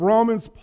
Romans